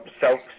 self